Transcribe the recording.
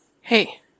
Hey